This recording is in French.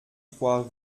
trois